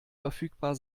verfügbar